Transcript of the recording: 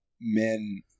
men